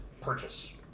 purchase